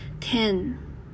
ten